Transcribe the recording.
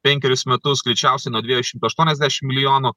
penkerius metus greičiausiai nuo dviejų šimtų aštuoniasdešim milijonų